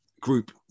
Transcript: group